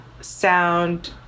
sound